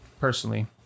Personally